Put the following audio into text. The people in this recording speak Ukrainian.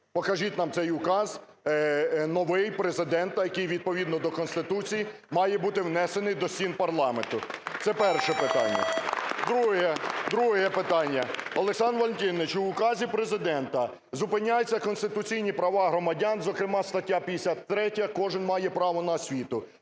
Покажіть нам цей указ, новий, Президента, який відповідно до Конституції має бути внесений до стін парламенту. Це перше питання. Друге питання. Олександр Валентинович, в указі Президента зупиняються конституційні права громадян, зокрема, стаття 53 "Кожен має право на освіту".